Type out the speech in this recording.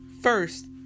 first